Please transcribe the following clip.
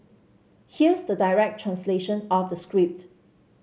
here's the direct translation of the script